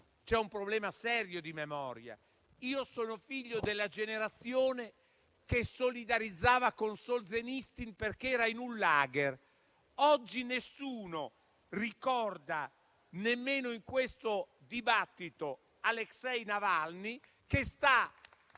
c'è un problema serio di memoria. Io sono figlio della generazione che solidarizzava con Solženicyn perché era in un *lager*; oggi nessuno ricorda nemmeno in questo dibattito Aleksej Naval'nyj